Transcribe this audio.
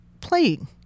playing